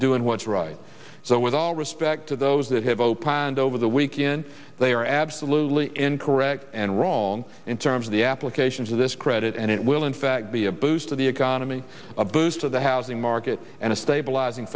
doing what's right so with all respect to those that have opined over the weekend they are absolutely incorrect and wrong in terms of the applications of this credit and it will in fact be a boost to the economy a boost of the housing market and a stabilizing